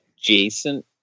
Jason